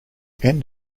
end